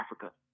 Africa